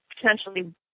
potentially